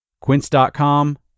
Quince.com